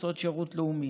עושות שירות לאומי.